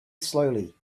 slowly